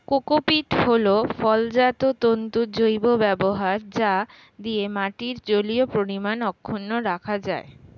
cocopeat হল ফলজাত তন্তুর জৈব ব্যবহার যা দিয়ে মাটির জলীয় পরিমাণ অক্ষুন্ন রাখা যায়